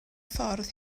ffordd